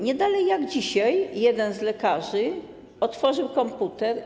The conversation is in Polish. Nie dalej jak dzisiaj jeden z lekarzy włączył komputer.